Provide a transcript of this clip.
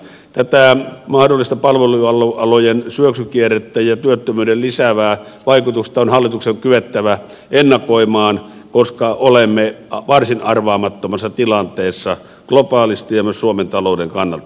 tätä mahdollista palvelualojen syöksykierrettä ja työttömyyttä lisäävää vaikutusta on hallituksen kyettävä ennakoimaan koska olemme varsin arvaamattomassa tilanteessa globaalisti ja myös suomen talouden kannalta